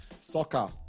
soccer